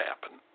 happen